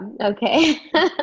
okay